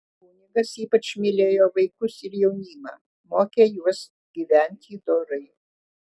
kunigas ypač mylėjo vaikus ir jaunimą mokė juos gyventi dorai